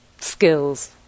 skills